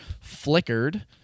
flickered